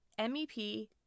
MEP